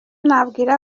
nabwira